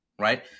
right